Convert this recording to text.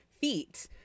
feet